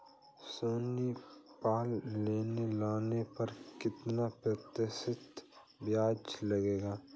सोनी पल लोन लेने पर कितने प्रतिशत ब्याज लगेगा?